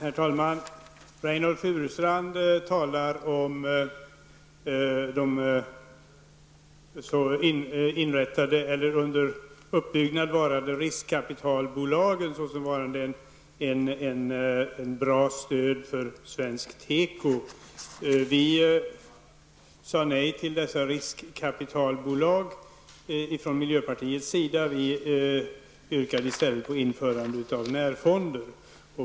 Herr talman! Reynoldh Furustrand talar om de under uppbyggnad varande riskkapitalbolagen som ett bra stöd för svensk teko. Vi i miljöpartiet har sagt nej till detta med riskkapitalbolag. I stället har vi yrkat på ett införande av närfonder.